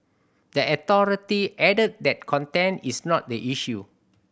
the authority added that content is not the issue